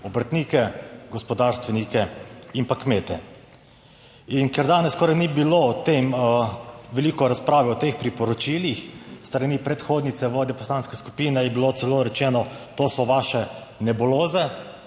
obrtnike, gospodarstvenike in pa kmete. In ker danes skoraj ni bilo o tem veliko razprave o teh priporočilih s strani predhodnice vodje poslanske skupine je bilo celo rečeno, to so vaše nebuloze,